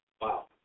Wow